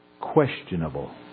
questionable